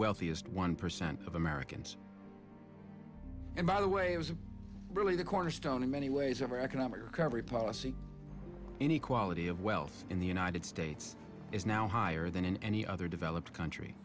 wealthiest one percent of americans and by the way it was really the cornerstone in many ways of our economic recovery policy any quality of wealth in the united states is now higher than in any other developed country